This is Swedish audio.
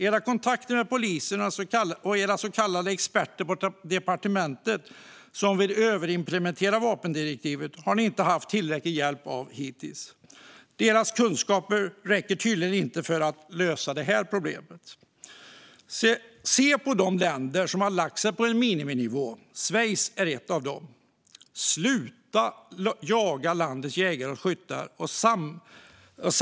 Era kontakter med polisen och era så kallade experter borta på departementet, som vill överimplementera vapendirektivet, har ni inte haft tillräcklig hjälp av hittills. Deras kunskaper räcker tydligen inte för att lösa det här problemet. Se på de länder som har lagt sig på en miniminivå - Schweiz är ett av dem. Sluta jaga landets jägare, skyttar och samlare!